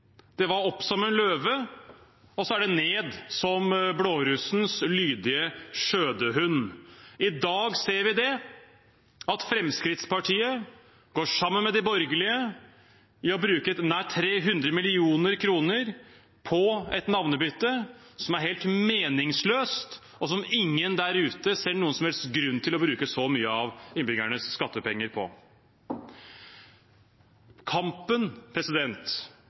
Det var opp som en løve og ned som blårussens lydige skjødehund. I dag ser vi at Fremskrittspartiet går sammen med de borgerlige i å bruke nær 300 mill. kr på et navnebytte som er helt meningsløst, og som ingen der ute ser noen som helst grunn til å bruke så mye av innbyggernes skattepenger på. Kampen